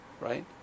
right